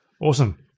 Awesome